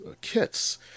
kits